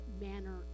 manner